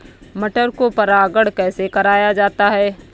मटर को परागण कैसे कराया जाता है?